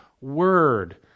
word